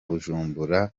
bujumbura